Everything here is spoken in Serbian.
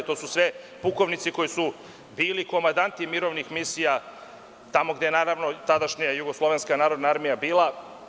To su sve pukovnici koji su bili komandati mirovnih misija tamo gde je naravno tadašnja vojska JNA bila.